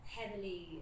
heavily